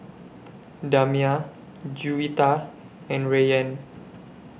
Damia Juwita and Rayyan